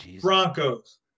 Broncos